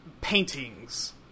Paintings